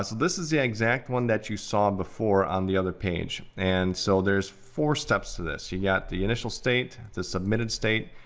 this this is the exact one that you saw before on the other page, and so there's four steps to this. you got the initial state, the submitted state,